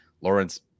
Lawrence